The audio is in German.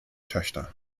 töchter